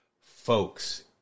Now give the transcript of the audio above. folks